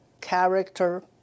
character